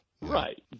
right